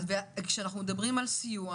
מה הסיוע כולל?